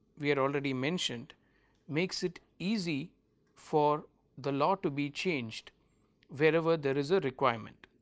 we are already mentioned makes it easy for the law to be changed wherever there is a requirement.